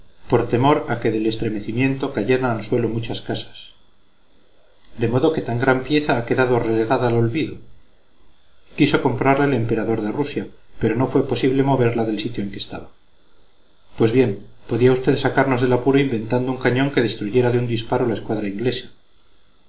por temor a que del estremecimiento cayeran al suelo muchas casas de modo que tan gran pieza ha quedado relegada al olvido quiso comprarla el emperador de rusia pero no fue posible moverla del sitio en que estaba pues bien podía usted sacarnos del apuro inventando un cañón que destruyera de un disparo la escuadra inglesa